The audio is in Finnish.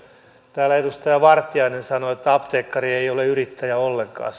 täällä edustaja vartia sanoi että apteekkari ei ole yrittäjä ollenkaan